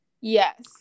yes